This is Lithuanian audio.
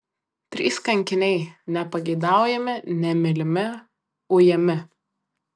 trys kankiniai nepageidaujami nemylimi ujami